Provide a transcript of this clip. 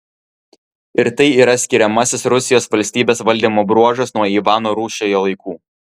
ir tai yra skiriamasis rusijos valstybės valdymo bruožas nuo ivano rūsčiojo laikų